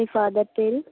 మీ father పేరు